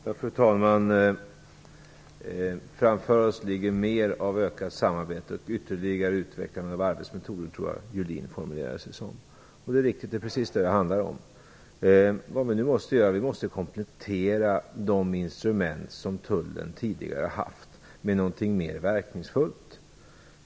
Fru talman! Julin formulerar sig så, att det framför oss ligger mer av ökat samarbete och ytterligare utvecklande av arbetsmetoder. Det är riktigt. Det är precis detta det handlar om. Vi måste nu komplettera de instrument som Tullen tidigare har haft med någonting mer verkningsfullt.